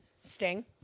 Sting